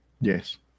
yes